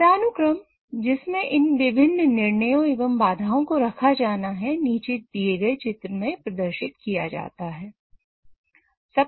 पदानुक्रम जिसमें इन विभिन्न निर्णयों एवं बाधाओं को रखा जाना है नीचे दिए गए चित्र में प्रदर्शित किया जाता है